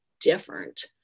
different